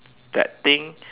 that thing